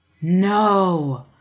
no